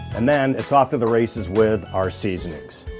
and then, it's off to the races with our seasonings.